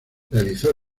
realizó